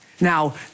Now